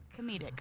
comedic